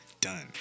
Done